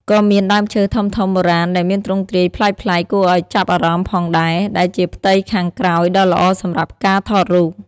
ក៏មានដើមឈើធំៗបុរាណដែលមានទ្រង់ទ្រាយប្លែកៗគួរឲ្យចាប់អារម្មណ៍ផងដែរ ដែលជាផ្ទៃខាងក្រោយដ៏ល្អសម្រាប់ការថតរូប។